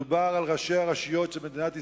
מדובר על ראשי הרשויות של מדינת ישראל,